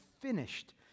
finished